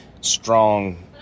strong